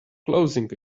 closing